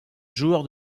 joueur